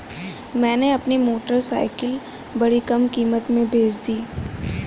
मैंने अपनी मोटरसाइकिल बड़ी कम कीमत में बेंच दी